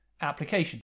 application